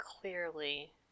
clearly